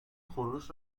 خروس